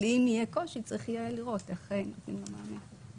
אבל אם יהיה קושי צריך יהיה לראות איך נותנים לו מענה.